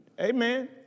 Amen